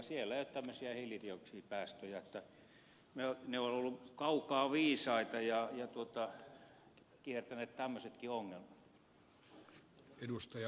siellä ei ole tämmöisiä hiilidioksidipäästöjä ne ovat olleet kaukaa viisaita ja kiertäneet tämmöisetkin ongelmat